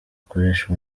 bakoresha